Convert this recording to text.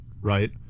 right